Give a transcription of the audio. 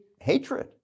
hatred